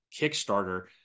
Kickstarter